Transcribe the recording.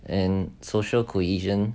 and social cohesion